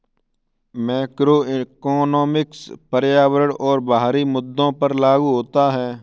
macroeconomics पर्यावरण और बाहरी मुद्दों पर लागू होता है